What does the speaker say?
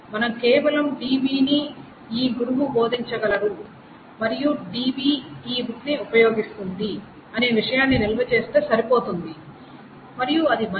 మనం కేవలం DB ని ఈ గురువు బోధించగలరు మరియు DB ఈ బుక్ ని ఉపయోగిస్తుంది అనే విషయాన్ని నిల్వచేస్తే సరిపోతుంది మరియు అది మంచిది